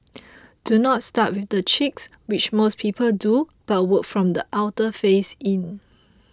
do not start with the cheeks which most people do but work from the outer face in